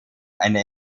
eine